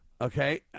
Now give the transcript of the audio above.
okay